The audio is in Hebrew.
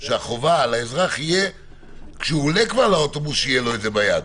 זה ביד.